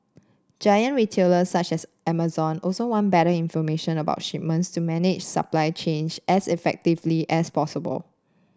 giant retailers such as Amazon also want better information about shipments to manage supply chains as effectively as possible